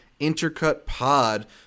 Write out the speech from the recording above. intercutpod